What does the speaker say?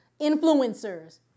influencers